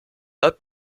laut